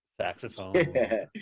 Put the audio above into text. Saxophone